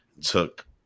took